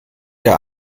der